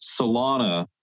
Solana